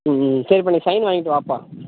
ம் ம் ம் சரிப்பா நீ சைன் வாங்கிட்டு வாப்பா